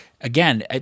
again